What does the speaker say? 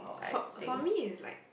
for for me is like